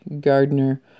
gardner